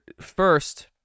first